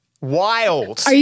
Wild